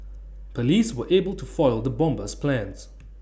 Police were able to foil the bomber's plans